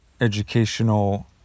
educational